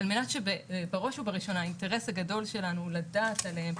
מאחר שבראש ובראשונה האינטרס הגדול שלנו הוא לדעת עליהם,